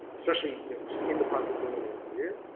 especially just in the process of building your own career,